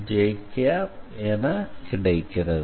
j என கிடைக்கிறது